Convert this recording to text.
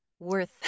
worth